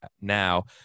now